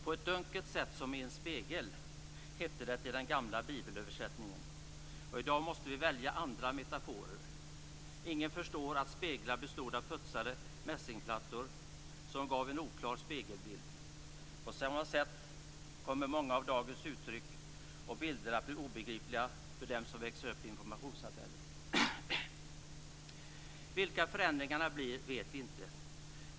"På ett dunkelt sätt som i en spegel" hette det i den gamla bibelöversättningen. I dag måste vi välja andra metaforer. Ingen förstår att speglar då bestod av putsade mässingsplattor som gav en oklar spegelbild. På samma sätt kommer många av dagens uttryck och bilder att bli obegripliga för dem som växer upp i informationssamhället. Vilka förändringarna blir vet vi inte.